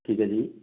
ਠੀਕ ਹੈ ਜੀ